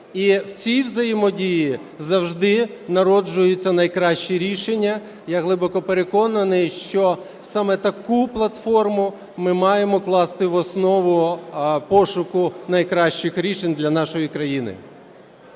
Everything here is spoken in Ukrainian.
і в цій взаємодії завжди народжуються найкращі рішення. Я глибоко переконаний, що саме таку платформу ми маємо класти в основу пошуку найкращих рішень для нашої країни.